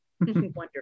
Wonderful